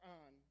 on